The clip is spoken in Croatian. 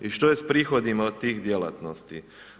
I što je s prihodima od tih djelatnosti?